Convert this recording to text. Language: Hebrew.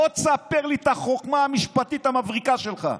בוא תספר לי את החוכמה המשפטית המבריקה שלך.